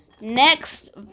Next